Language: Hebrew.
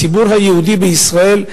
הציבור היהודי בישראל,